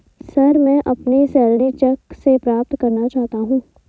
sir, मैं अपनी salary cheque से प्राप्त करना चाहता हूं